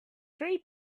three